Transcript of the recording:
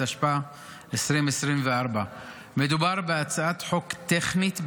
התשפ"ה 2024. מדובר בהצעת חוק טכנית ביסודה,